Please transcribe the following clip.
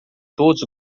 todos